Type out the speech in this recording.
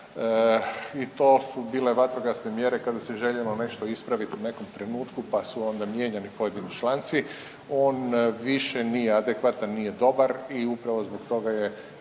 i to su bile vatrogasne mjere kada se željelo ispraviti u nekom trenutku, pa su onda mijenjani pojedini članci. On više nije adekvatan, nije dobar i upravo zbog toga je